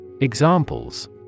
Examples